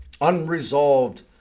Unresolved